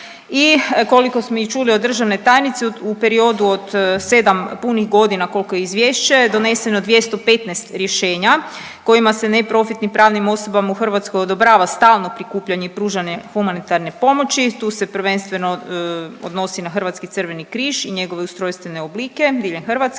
i koliko smo i čuli od državne tajnice u periodu od sedam punih godina koliko je izvješće doneseno je 215 rješenja kojima se neprofitni pravnim osobama u Hrvatskoj odobrava stalno prikupljanje i pružanje humanitarne pomoći. Tu se prvenstveno odnosi na Hrvatski crveni križ i njegove ustrojstvene oblike diljem Hrvatske